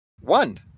one